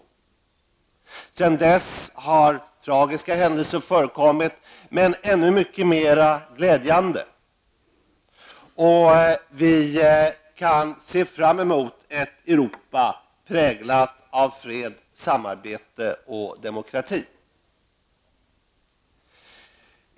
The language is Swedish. Sedan dess har tragiska händelser inträffat, men ännu mycket fler glädjande. Vi kan se fram mot ett Europa präglat av fred, samarbete och demokrati.